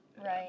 Right